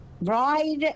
ride